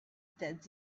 that